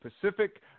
Pacific